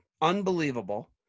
unbelievable